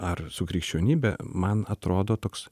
ar su krikščionybe man atrodo toks